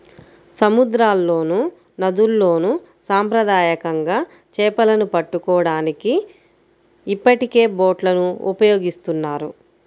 సముద్రాల్లోనూ, నదుల్లోను సాంప్రదాయకంగా చేపలను పట్టుకోవడానికి ఇప్పటికే బోట్లను ఉపయోగిస్తున్నారు